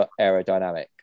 aerodynamic